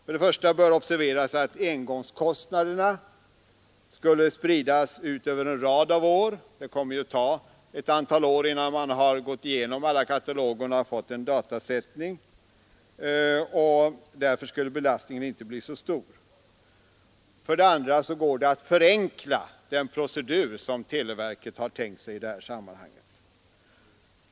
För det första bör observeras att engångskostnaderna skulle spridas ut över en rad av år — det kommer ju att ta ett antal år innan man har gått igenom alla kataloger och fått en datasättning — och därför bör belastningen inte bli så stor. För det andra går det att förenkla den procedur som televerket har räknat med i det här sammanhanget.